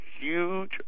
huge